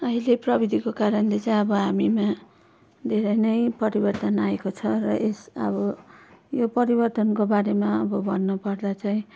अहिले प्रविधिको कारणले चाहिँ अब हामीमा धेरै नै परिवर्तन आएको छ र यस अब यो परिवर्तनकोबारेमा अब भन्नुपर्दा चाहिँ